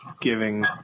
giving